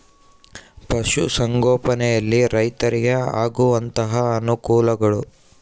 ಪಶುಸಂಗೋಪನೆಯಲ್ಲಿ ರೈತರಿಗೆ ಆಗುವಂತಹ ಅನುಕೂಲಗಳು?